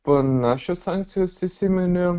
panašios sankcijos įsiminė